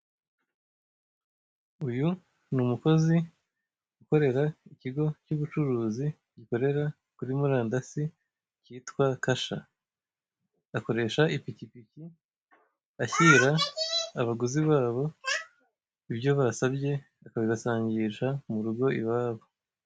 Uyu ni umukozi ukorera ikigo cy'ubucuruzi gikorera kuri murandasi cyitwa Kasha. Akoresha ipikipiki ashyira abaguzi babo ibyo basabye, akabibasangisha mu rugo iwabo.